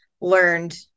learned